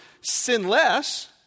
sinless